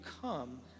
come